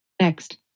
Next